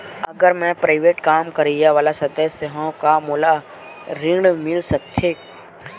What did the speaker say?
अगर मैं प्राइवेट काम करइया वाला सदस्य हावव का मोला ऋण मिल सकथे?